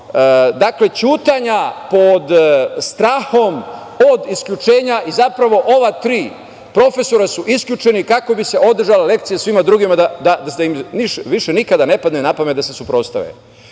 zvonom ćutanja, pod strahom od isključenja i zapravo ova tri profesora su isključena kako bi se održala lekcija svima drugima da im više nikada ne padne na pamet da se suprotstave. Dakle,